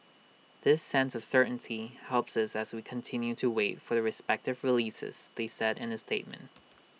this sense of certainty helps us as we continue to wait for the respective releases they said in A statement